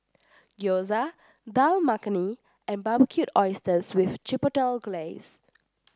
Gyoza Dal Makhani and Barbecued Oysters with Chipotle Glaze